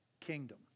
kingdom